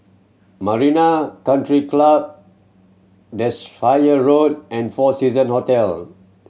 Marina Country Club fire Road and Four Season Hotel